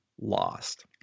lost